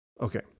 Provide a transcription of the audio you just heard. okay